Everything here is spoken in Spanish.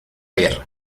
guerra